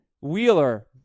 Wheeler